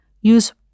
use